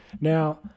now